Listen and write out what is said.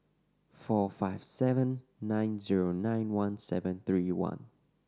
four five seven nine zero nine one seven three one